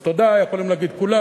אז תודה יכולים להגיד כולם,